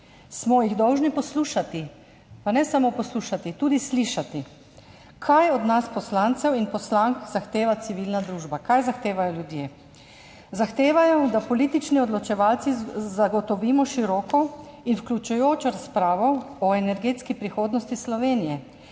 smo jih dolžni poslušati, pa ne samo poslušati, tudi slišati. Kaj od nas poslancev in poslank zahteva civilna družba, kaj zahtevajo ljudje? Zahtevajo, da politični odločevalci zagotovimo široko in vključujočo razpravo o energetski prihodnosti Slovenije,